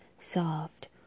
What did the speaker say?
soft